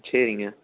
சரிங்க